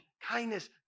kindness